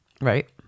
Right